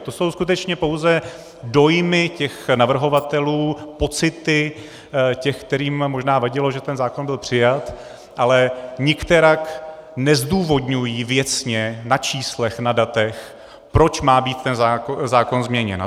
To jsou skutečně pouze dojmy těch navrhovatelů, pocity těch, kterým možná vadilo, že byl zákon přijat, ale nikterak nezdůvodňují věcně na číslech, na datech, proč má být ten zákon změněn.